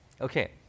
Okay